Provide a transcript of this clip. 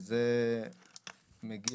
שם זה לא כפוף למבחן הכנסות.